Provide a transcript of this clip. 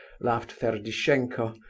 laughed ferdishenko,